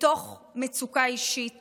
מתוך מצוקה אישית